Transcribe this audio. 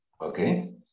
okay